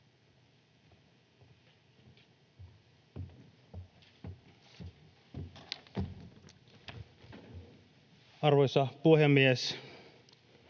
arvoisa puhemies!